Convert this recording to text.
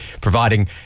providing